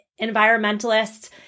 environmentalists